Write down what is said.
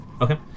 Okay